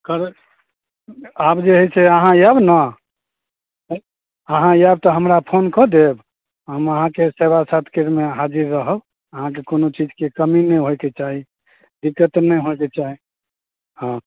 ताबेत आब जे हए से अहाँ आएब ने अहाँ आएब तऽ हमरा फोन कऽ देब हम अहाँके सेवा सत्कारमे हाजिर रहब अहाँके कोनो चीजके कमी नहि होयके चाही दिक्कत नहि होयके चाही हँ